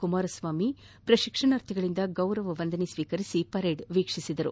ಕುಮಾರಸ್ವಾಮಿ ಪ್ರಶಿಕ್ಷಣಾರ್ಥಿಗಳಿಂದ ಗೌರವ ವಂದನೆ ಸ್ವೀಕರಿಸಿ ಪರೇಡ್ ಪರಿವೀಕ್ಷಣೆ ನಡೆಸಿದರು